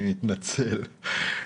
אני מתנצל,